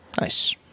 Nice